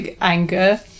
anger